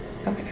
Okay